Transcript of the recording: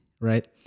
right